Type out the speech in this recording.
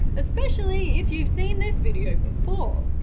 especially if you've seen this video before.